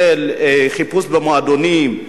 של חיפוש במועדונים,